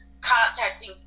contacting